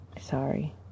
Sorry